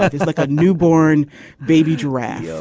ah it's like a newborn baby giraffe. so